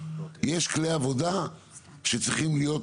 יש כלי עבודה שצריכים להיות,